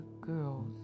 girls